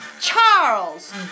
charles